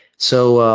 so,